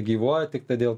gyvuoja tik todėl